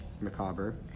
Macabre